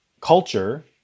culture